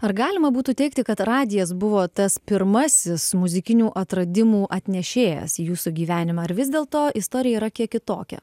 ar galima būtų teigti kad radijas buvo tas pirmasis muzikinių atradimų atnešėjas į jūsų gyvenimą ar vis dėlto istorija yra kiek kitokia